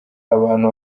abantu